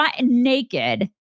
naked